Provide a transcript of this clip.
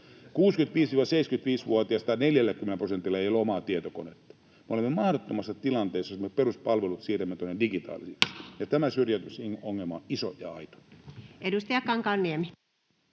65—75-vuotiaista 40 prosentilla ei ole omaa tietokonetta. Me olemme mahdottomassa tilanteessa, jos me peruspalvelut siirrämme tuonne digitaalisiksi. Ja tämä syrjäytymisongelma on iso ja aito. Edustaja Kankaanniemi.